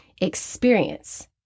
experience